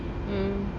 hmm